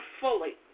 fully